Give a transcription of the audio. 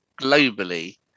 globally